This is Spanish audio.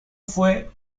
fue